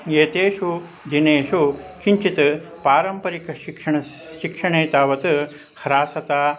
एतेषु दिनेषु किञ्चित् पारम्परिकशिक्षणस्य शिक्षणे तावत् ह्रासता